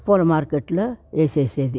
పూల మార్కెట్లో వేసేసేది